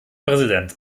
präsident